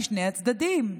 משני הצדדים.